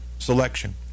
selection